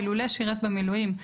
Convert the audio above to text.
אילולא שירת במילואים,